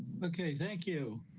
okay, thank you.